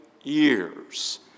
years